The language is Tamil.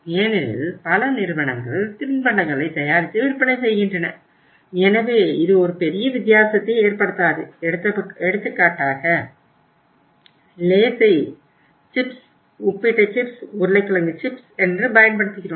ஏனெனில் பல நிறுவனங்கள் தின்பண்டங்களை தயாரித்து விற்பனை செய்கின்றன எனவே இது ஒரு பெரிய வித்தியாசத்தை ஏற்படுத்தாது எடுத்துக்காட்டாக Lays ஐ சிப்ஸ் உப்பிட்ட சிப்ஸ் உருளைக்கிழங்கு சிப்ஸ் என்று பயன்படுத்துகிறோம்